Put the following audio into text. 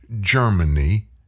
Germany